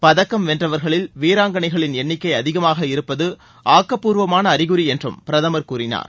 பதக்கம் வென்றவர்களில் வீராங்கனைகளின் எண்ணிக்கை அதிகமாக இருப்பது ஆக்கப்பூர்வமான அறிகுறி என்றும் பிரதமர் கூறினார்